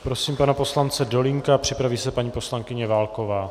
Prosím pana poslance Dolínka a připraví se paní poslankyně Válková.